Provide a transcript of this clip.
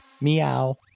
Meow